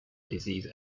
disease